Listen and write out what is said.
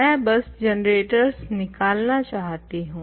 मैं बस जनरेटोर्स निकालना चाहती हूँ